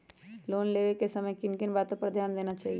Loan लेने के समय किन किन वातो पर ध्यान देना चाहिए?